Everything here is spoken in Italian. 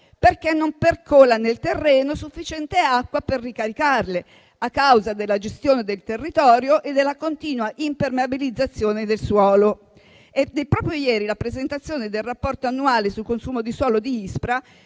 Perché non percola nel terreno sufficiente acqua per ricaricarle a causa della gestione del territorio e della continua impermeabilizzazione del suolo. È proprio di ieri la presentazione del Rapporto annuale sul consumo di suolo